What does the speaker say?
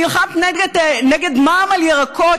נלחמת נגד מע"מ על ירקות,